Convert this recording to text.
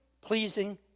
pleasing